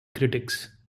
critics